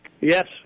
Yes